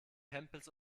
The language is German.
hempels